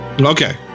Okay